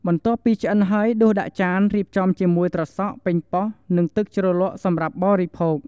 បន្ទាប់ពីឆ្អិនហើយដួសដាក់ចាន រៀបចំជាមួយត្រសក់ ប៉េងប៉ោះ និងទឹកជ្រលក់ សម្រាប់បរិភោគ។